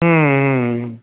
हंं